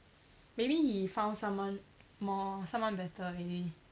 maybe he found someone more someone better already